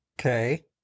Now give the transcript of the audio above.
Okay